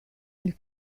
del